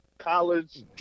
college